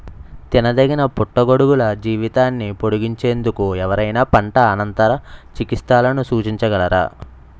తినదగిన పుట్టగొడుగుల జీవితాన్ని పొడిగించేందుకు ఎవరైనా పంట అనంతర చికిత్సలను సూచించగలరా?